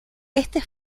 este